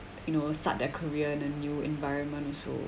you know start their career in a new environment also